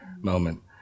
moment